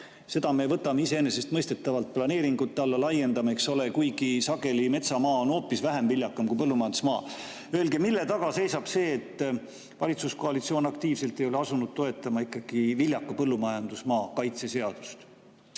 Seda me võtame iseenesestmõistetavalt planeeringute alla, laiendame neid, kuigi sageli metsamaa on hoopis vähem viljakas kui põllumajandusmaa. Mille taga seisab see, et valitsuskoalitsioon ei ole ikkagi aktiivselt asunud toetama viljaka põllumajandusmaa kaitse seadust?